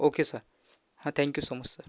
okay sir हां thank you so much sir